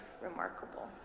remarkable